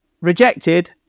rejected